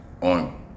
on